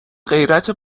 غیرت